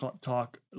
talk